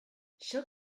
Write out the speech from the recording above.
she’ll